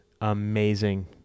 amazing